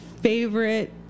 favorite